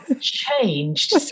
changed